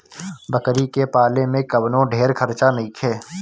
बकरी के पाले में कवनो ढेर खर्चा नईखे